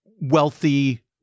wealthy